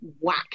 whack